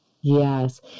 Yes